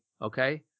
okay